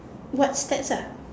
what stats ah